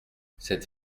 cette